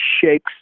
shakes